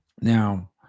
Now